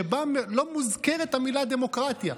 שבה לא מוזכרת המילה "דמוקרטיה".